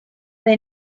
the